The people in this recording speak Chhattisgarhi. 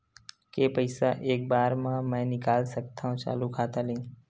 के पईसा एक बार मा मैं निकाल सकथव चालू खाता ले?